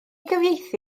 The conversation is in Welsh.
gyfieithu